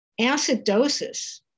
acidosis